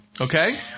Okay